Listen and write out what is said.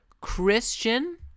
Christian